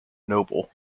noble